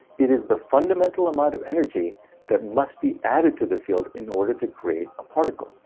it is the fundamental amount of energy that must be added to the field in order to create a particle.